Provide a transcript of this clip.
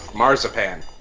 Marzipan